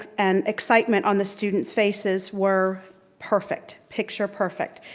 and excitement on the students' faces were perfect, picture perfect.